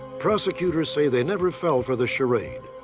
prosecutors say they never fell for the charade.